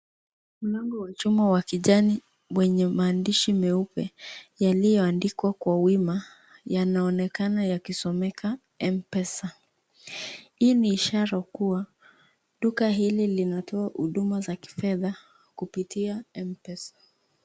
Mlango wa chuma wa kijani wenye maandishi meupe yaliyoandikwa kwa wima yanaonekana yakisomeka mpesa. Hii ni ishara kuwa duka hili linatoa huduma za kifedha kupitia mpesa.